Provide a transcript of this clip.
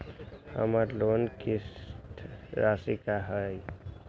हमर लोन किस्त राशि का हई?